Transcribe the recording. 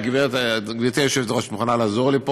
גברתי היושבת-ראש, את מוכנה לעזור לי פה?